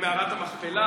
במערת המכפלה